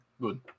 good